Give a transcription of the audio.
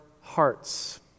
hearts